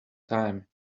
time